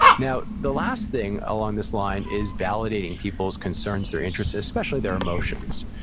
now, the last thing along this line, is validating people's concerns, their interests. especially, their emotions.